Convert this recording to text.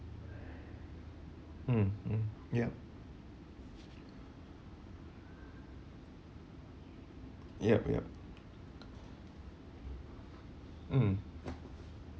mm mm yup yup yup mm